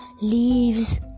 leaves